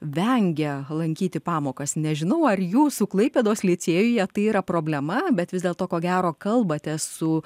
vengia lankyti pamokas nežinau ar jūsų klaipėdos licėjuje tai yra problema bet vis dėlto ko gero kalbatės su